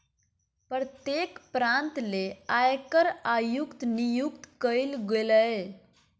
प्रत्येक प्रांत ले आयकर आयुक्त नियुक्त कइल गेलय